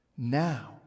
Now